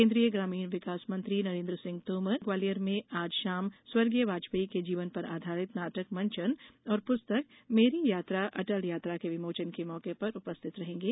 केन्द्रीय ग्रामीण विकास मंत्री नरेन्द्र सिंह तोमर ग्वालियर में आज शाम स्वर्गीय वाजपेयी के जीवन पर आधारित नाटक मंचन और पुस्तक मेरी यात्रा अटल यात्रा के विमोचन के मौके पर उपस्थित रहेंगे